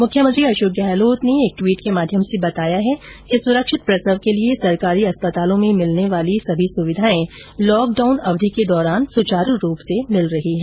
मुख्यमंत्री अशोक गहलोत ने एक ट्वीट के माध्यम से बताया कि सुरक्षित प्रसव के लिए सरकारी अस्पतालों में मिलने वाली सभी सुविधाएं लॉक डाउन अवधि के दौरान भी सुचारू रूप से मिल रही है